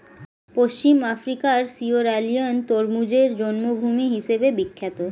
পশ্চিম আফ্রিকার সিয়েরালিওন তরমুজের জন্মভূমি হিসেবে বিখ্যাত